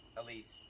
Elise